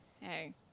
Hey